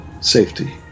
Safety